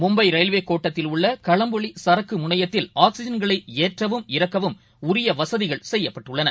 மும்பை ரயில்வேகோட்டத்தில் உள்ளகளம்பொலிசரக்குழுனையத்தில் ஆக்சிஐன்களைஏற்றவும் இறக்கவும் உரியவசதிகள் செய்யப்பட்டுள்ளன